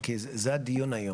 תודה לך.